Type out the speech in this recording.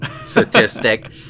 statistic